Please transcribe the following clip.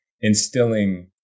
instilling